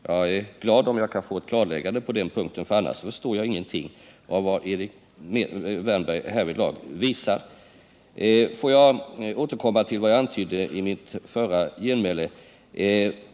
Jag är tacksam för ett klarläggande på den punkten, för om det inte är så förstår jag ingenting av vad Erik Wärnberg härvidlag talar om. Låt mig också återkomma till det jag antydde i mitt förra genmäle.